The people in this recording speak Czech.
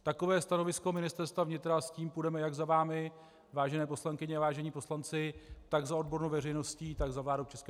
Takové stanovisko Ministerstva vnitra, s tím půjdeme jak za vámi, vážené poslankyně a vážení poslanci, tak za odbornou veřejností, tak za vládou ČR.